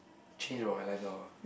change about my life now ah